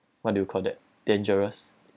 what do you call that dangerous